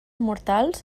mortals